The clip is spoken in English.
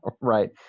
right